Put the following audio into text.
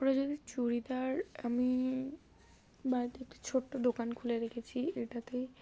ওরা যদি চুড়িদার আমি বাড়িতে একটা ছোট্ট দোকান খুলে রেখেছি এটাতেই